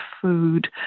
food